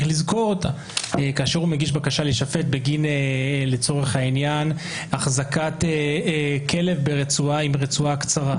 נניח הוא מגיש בקשה להישפט בגין החזקת כלב ברצועה קצרה.